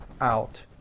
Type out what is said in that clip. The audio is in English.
out